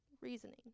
reasoning